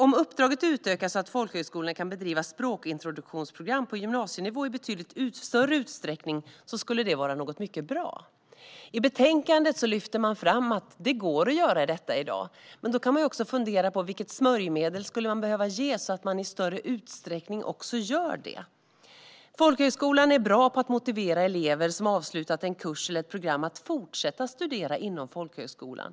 Om uppdraget utökas så att folkhögskolorna kan bedriva språkintroduktionsprogram på gymnasienivå i betydligt större utsträckning skulle det vara mycket bra. I betänkandet lyfter man fram att detta går att göra i dag, men då kan vi också fundera på vilket smörjmedel vi skulle behöva ge för att det också ska göras i större utsträckning. Folkhögskolan är bra på att motivera elever som har avslutat en kurs eller ett program att fortsätta studera inom folkhögskolan.